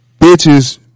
Bitches